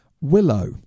Willow